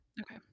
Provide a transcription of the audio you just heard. Okay